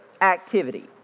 activity